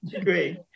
great